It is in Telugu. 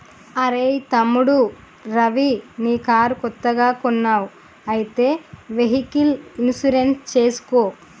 అరెయ్ తమ్ముడు రవి నీ కారు కొత్తగా కొన్నావ్ అయితే వెహికల్ ఇన్సూరెన్స్ చేసుకో